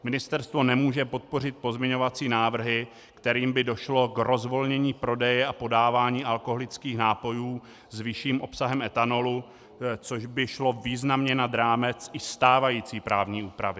Ministerstvo nemůže podpořit pozměňovací návrhy, kterými by došlo k rozvolnění prodeje a podávání alkoholických nápojů s vyšším obsahem etanolu, což by šlo významně nad rámec i stávající právní úpravy.